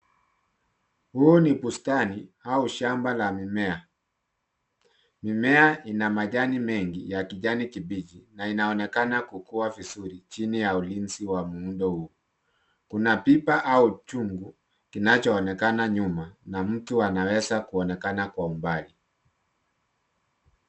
Huu ni bustani au shamba la mimea. Mimea ina majani mengi ya kijani kibichi na inaonekana kukua vizuri chini ya ulinzi wa muundo huu. Kuna pipa au chungu kinachoonekana nyuma, na mtu anaweza kuonekana kwa umbali.